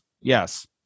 Yes